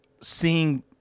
seeing